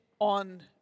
on